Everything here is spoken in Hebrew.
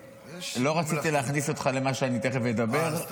לא רציתי להכניס אותך למה שאני תכף אדבר עליו,